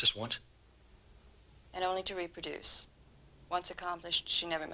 just want and only to reproduce once accomplished she never